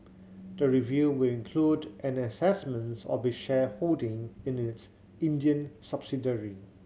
the review will include an a assessments of its shareholding in its Indian subsidiary